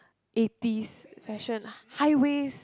eighty's fashion high waist